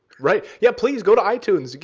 right. yeah, please, go to itunes.